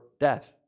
death